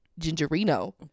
Gingerino